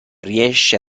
riesce